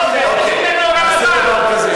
השאלה: אם יש לו סמכות להמשיך את זה גם בלי שר,